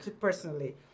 personally